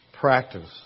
practice